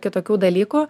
kitokių dalykų